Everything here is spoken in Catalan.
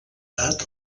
edat